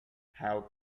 how